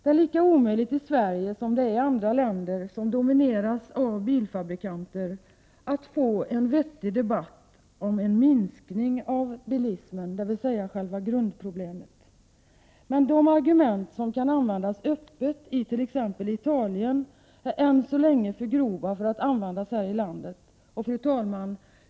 Det är lika omöjligt i Sverige som det är i andra länder, vilka domineras av bilfabrikanter, att få till stånd en vettig debatt om en minskning av bilismen, dvs. själva grundproblemet. Men de argument som kan användas öppet i t.ex. Italien är ännu så länge för grova för att kunna användas här i landet. Fru talman!